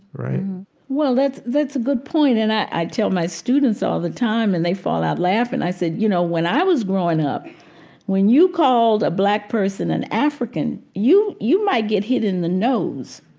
right? mm-hmm well, that's that's a good point. and i tell my students all the time and they fall out laughing, i said, you know, when i was growing up when you called a black person an african you you might get hit in the nose.